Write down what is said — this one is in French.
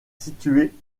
située